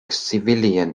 civilian